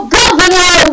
governor